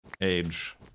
age